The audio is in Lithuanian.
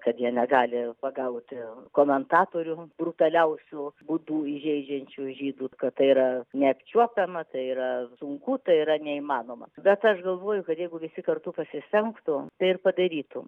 kad jie negali pagauti komentatorių brutaliausių būdu įžeidžiančių žydus kad tai yra neapčiuopiama tai yra sunku tai yra neįmanoma bet aš galvoju kad jeigu visi kartu pasistengtų tai ir padarytų